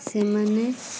ସେମାନେ